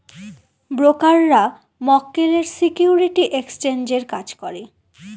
ব্রোকাররা মক্কেলের সিকিউরিটি এক্সচেঞ্জের কাজ করে